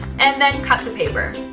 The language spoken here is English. and then cut the paper.